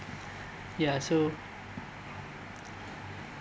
ya so